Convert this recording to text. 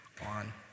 on